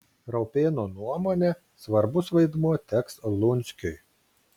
raupėno nuomone svarbus vaidmuo teks lunskiui